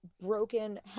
broken